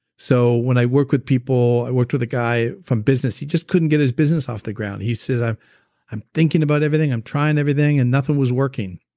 so when i work with people, i worked with a guy from business, he just couldn't get his business off the ground. he says, i'm i'm thinking about everything, i'm trying everything and nothing was working.